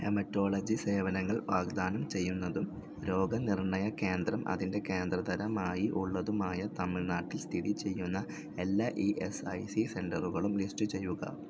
haematology സേവനങ്ങൾ വാഗ്ദാനം ചെയ്യുന്നതും രോഗനിർണയ കേന്ദ്രം അതിൻ്റെ കേന്ദ്ര തരമായി ഉള്ളതുമായ തമിഴ്നാട്ടിൽ സ്ഥിതി ചെയ്യുന്ന എല്ലാ ഇ എസ് ഐ സി സെൻ്ററുകളും ലിസ്റ്റ് ചെയ്യുക